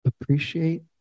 appreciate